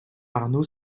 arnaud